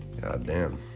Goddamn